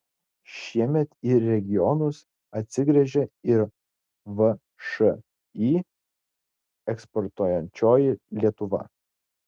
šiemet į regionus atsigręžė ir všį eksportuojančioji lietuva